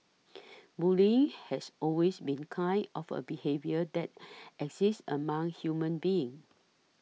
bullying has always been kind of a behaviour that exists among human beings